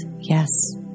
yes